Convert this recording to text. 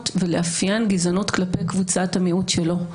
ולאפיין גזענות כלפי קבוצת המיעוט שלו.